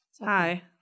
Hi